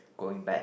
going bad